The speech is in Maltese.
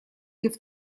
kif